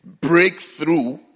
breakthrough